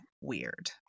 weird